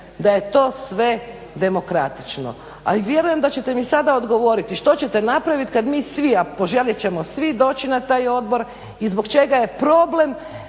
da je to sve demokratično. Ali vjerujem da ćete mi sada odgovoriti što ćete napraviti kada mi svi a poželjeti ćemo svi doći na taj odbor i zbog čega je problem